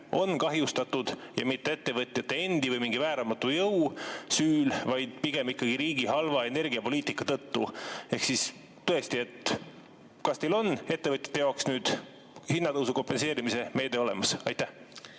on kahjustatud ja mitte ettevõtjate endi või mingi vääramatu jõu süül, vaid pigem ikkagi riigi halva energiapoliitika tõttu. Ehk siis tõesti: kas teil on ettevõtjate jaoks nüüd hinna tõusu kompenseerimise meede olemas? Aitäh,